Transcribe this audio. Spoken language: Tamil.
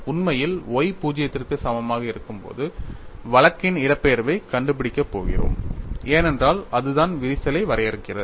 உண்மையில் y 0 க்கு சமமாக இருக்கும்போது வழக்கின் இடப்பெயர்வைக் கண்டுபிடிக்கப் போகிறோம் ஏனென்றால் அதுதான் விரிசலை வரையறுக்கிறது